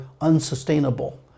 unsustainable